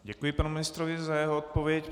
Děkuji panu ministrovi za jeho odpověď.